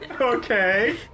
Okay